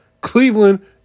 Cleveland